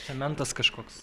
fermentas kažkoks